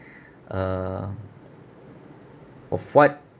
uh of what